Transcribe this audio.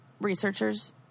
researchers